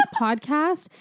podcast